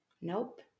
Nope